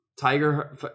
Tiger